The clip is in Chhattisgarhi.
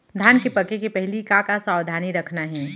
धान के पके के पहिली का का सावधानी रखना हे?